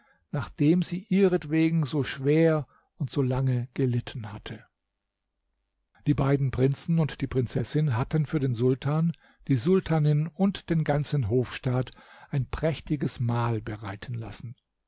nachdem sie ihretwegen so schwer und so lange gelitten hatte die beiden prinzen und die prinzessin hatten für den sultan die sultanin und den ganzen hofstaat ein prächtiges mahl bereiten lassen